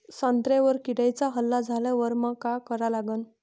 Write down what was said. संत्र्यावर किड्यांचा हल्ला झाल्यावर मंग काय करा लागन?